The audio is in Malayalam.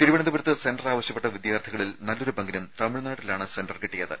തിരുവനന്തപുരത്ത് സെന്റർ ആവശ്യപ്പെട്ട വിദ്യാർത്ഥികളിൽ നല്ലൊരു പങ്കിനും തമിഴ്നാട്ടിലാണ് സെന്റർ കിട്ടിയത്